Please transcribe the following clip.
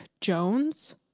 Jones